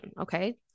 okay